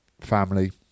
family